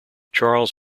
charles